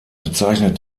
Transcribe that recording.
bezeichnet